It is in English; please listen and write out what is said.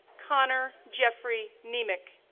connor jeffrey niemiec,